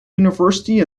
university